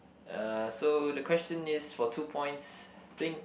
uh so the question is for two points think